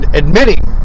admitting